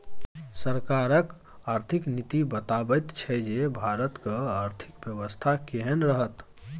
सरकारक आर्थिक नीति बताबैत छै जे भारतक आर्थिक बेबस्था केहन रहत